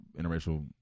interracial